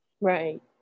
Right